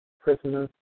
prisoners